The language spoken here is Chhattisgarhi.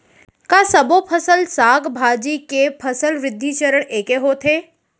का सबो फसल, साग भाजी के फसल वृद्धि चरण ऐके होथे?